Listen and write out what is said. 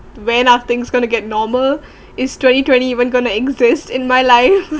where nothing's going to get normal is twenty twenty even going to exist in my life